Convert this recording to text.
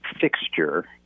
fixture